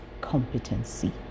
competency